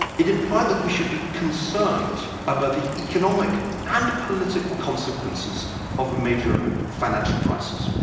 it implied that we should be concerned about the economic and political consequences of a major financial crisis.